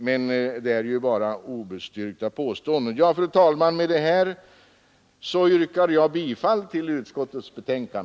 Men det är ju bara obestyrkta påståenden. Fru talman! Med detta yrkar jag bifall till utskottets hemställan.